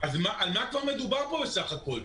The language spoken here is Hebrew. אז על מה מדובר פה בסך הכול?